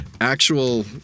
actual